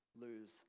lose